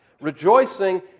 Rejoicing